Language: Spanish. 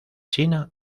china